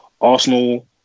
Arsenal